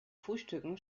frühstücken